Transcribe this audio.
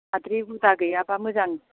हाद्रि हुदा गैयाब्ला मोजां